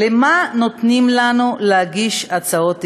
למה נותנים לנו להגיש הצעות אי-אמון?